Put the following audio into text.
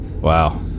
Wow